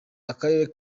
akarere